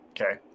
Okay